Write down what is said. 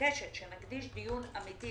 מבקשת שנקדיש דיון אמיתי